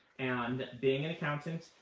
and being an accountant,